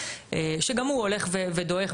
שגם הוא הולך ודועך.